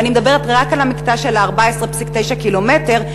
ואני מדברת רק על המקטע של ה-14.9 קילומטר,